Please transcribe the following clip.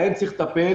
בהם צריך לטפל.